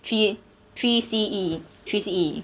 three three C_E three C_E